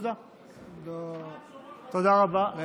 תודה רבה.